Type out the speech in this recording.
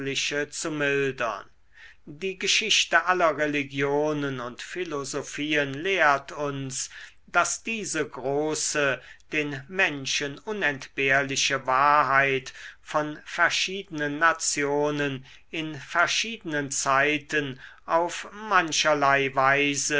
zu mildern die geschichte aller religionen und philosophien lehrt uns daß diese große den menschen unentbehrliche wahrheit von verschiedenen nationen in verschiedenen zeiten auf mancherlei